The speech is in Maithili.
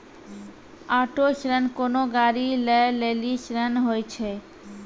ऑटो ऋण कोनो गाड़ी लै लेली ऋण होय छै